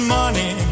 money